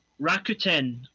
Rakuten